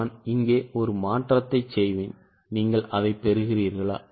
நான் இங்கே ஒரு மாற்றத்தை செய்வேன் நீங்கள் அதைப் பெறுகிறீர்களா